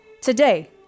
Today